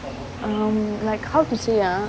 um like how to say ah